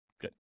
Good